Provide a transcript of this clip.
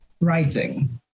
writing